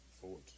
forward